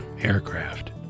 aircraft